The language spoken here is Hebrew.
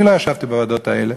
אני לא ישבתי בוועדות האלה,